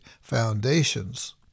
foundations